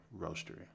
Roastery